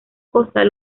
costas